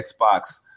Xbox